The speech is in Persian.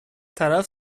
طرف